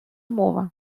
мова